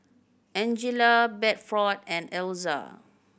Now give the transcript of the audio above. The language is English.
Angella Bedford and Elza